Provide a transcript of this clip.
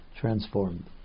transformed